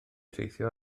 teithio